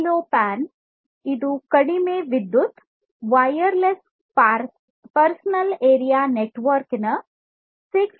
6 LoWPAN ಇದು ಕಡಿಮೆ ವಿದ್ಯುತ್ ವೈರ್ಲೆಸ್ ಪರ್ಸನಲ್ ಏರಿಯಾ ನೆಟ್ವರ್ಕ್ನ ಆಗಿದೆ